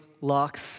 locks